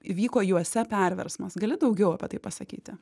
įvyko juose perversmas gali daugiau apie tai pasakyti